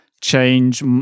change